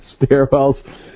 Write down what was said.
stairwells